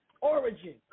origin